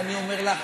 ואני אומר לך,